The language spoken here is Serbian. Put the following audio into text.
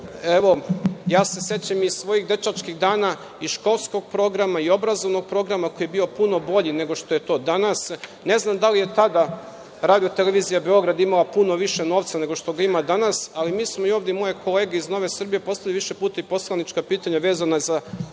bolji, sećam se iz svojih dečačkih dana, i školskog programa, i obrazovnog programa, koji je bio puno bolji nego što je to danas, ne znam da li je tada RTB imala puno više novca nego što ga ima danas, ali mi smo ovde, i moje kolege iz Nove Srbije, postavili više puta i poslanička pitanja vezana za